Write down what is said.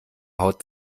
haut